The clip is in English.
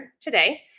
today